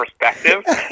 perspective